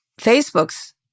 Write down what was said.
Facebook's